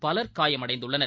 பலர் காயமடைந்துள்ளனர்